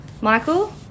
Michael